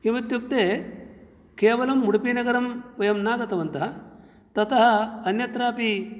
किम् इत्युक्ते केवलम् उडुप्पीनगरं वयं न गतवन्तः ततः अन्यत्रापि